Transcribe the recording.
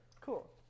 Cool